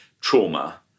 trauma